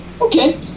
Okay